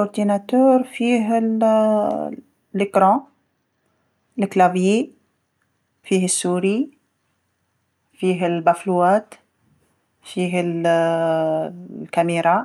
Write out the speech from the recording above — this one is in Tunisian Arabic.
الحاسوب فيه الشاشة، لوحة المفاتيح، فيه الفأرة، فيه مكبرات الصوت، فيه الكاميرا،